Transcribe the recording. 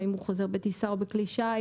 או אם הוא חוזר בטיסה או בכלי שיט,